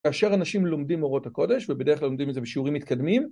אשר אנשים לומדים אורות הקודש ובדרך כלל לומדים את זה בשיעורים מתקדמים